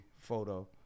photo